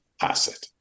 asset